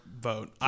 vote